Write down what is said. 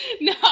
No